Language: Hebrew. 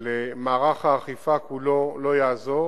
אבל מערך האכיפה כולו לא יעזור